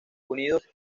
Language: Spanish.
unidos